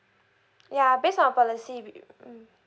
yeah based on our policy we mm